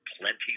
plenty